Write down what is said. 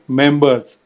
members